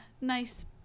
nice